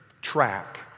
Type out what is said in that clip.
track